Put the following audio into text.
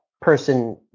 person